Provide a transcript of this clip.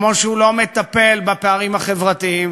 כמו שהוא לא מטפל בפערים החברתיים